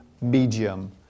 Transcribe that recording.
medium